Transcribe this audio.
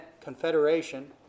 Confederation